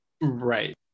Right